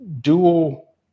dual